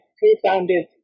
co-founded